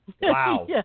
Wow